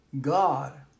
God